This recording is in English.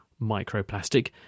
microplastic